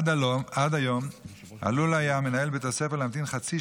עד היום עלול היה מנהל בית הספר להמתין חצי